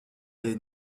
est